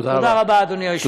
תודה רבה, אדוני היושב-ראש.